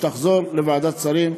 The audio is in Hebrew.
והיא תחזור לוועדת שרים,